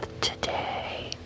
today